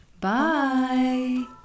bye